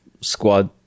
squad